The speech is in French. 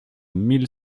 mille